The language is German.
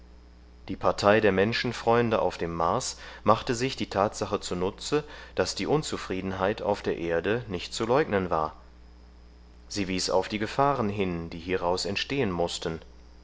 die partei der menschenfreunde auf dem mars machte sich die tatsache zunutze daß die unzufriedenheit auf der erde nicht zu leugnen war sie wies auf die gefahren hin die hieraus entstehen mußten